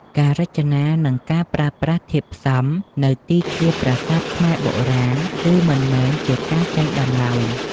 ការរចនា និងការប្រើប្រាស់ធាតុផ្សំនៅទីធ្លាប្រាសាទខ្មែរបុរាណ គឺមិនមែនជាការចៃដន្យឡើយ។